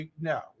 No